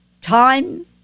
time